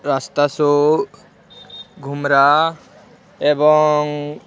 ରାସ୍ତା ସୋ ଘୁମରା ଏବଂ